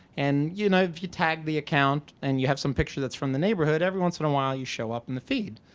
and you know if you tag the account and you have some pictures that's from the neighborhood every once in awhile you show up in the feed.